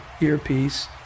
earpiece